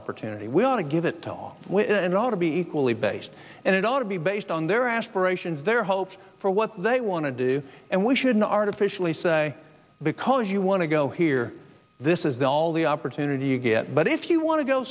opportunity we ought to give it to all and all to be equally based and it ought to be based on their aspirations their hopes for what they want to do and we should not artificially say because you want to go here this is all the opportunity you get but if you want to go